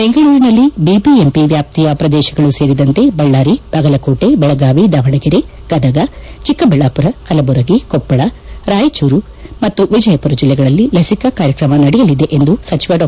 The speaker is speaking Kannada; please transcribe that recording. ಬೆಂಗಳೂರಿನಲ್ಲಿ ಬಿಬಿಎಂಪಿ ವ್ಯಾಪ್ತಿಯ ಪ್ರದೇಶಗಳು ಸೇರಿದಂತೆ ಬಳ್ದಾರಿ ಬಾಗಲಕೋಟೆ ಬೆಳಗಾವಿ ದಾವಣಗೆರೆ ಗದಗ ಚಿಕ್ಕಬಳ್ದಾಪುರ ಕಲಬುರಗಿ ಕೊಪ್ಪಳ ರಾಯಚೂರು ಮತ್ತು ವಿಜಯಪುರ ಜಲ್ಲಿಗಳಲ್ಲಿ ಲಸಿಕಾ ಕಾರ್ಯಕ್ರಮ ನಡೆಯಲಿದೆ ಎಂದು ಸಚಿವ ಡಾ